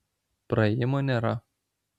praėjimo nėra